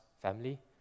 family